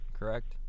correct